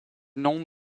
noms